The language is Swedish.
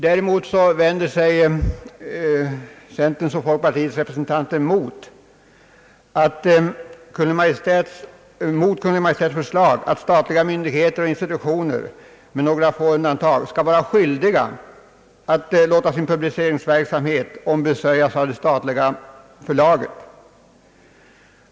Däremot vänder sig centerns och folkpartiets representanter mot Kungl. Maj:ts förslag att statliga myndigheter och institutioner — med några få undantag — skall vara skyldiga att låta sin publiceringsverksamhet ombesörjas av det statliga förlaget.